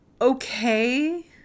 Okay